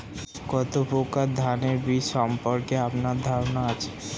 কত প্রকার ধানের বীজ সম্পর্কে আপনার ধারণা আছে?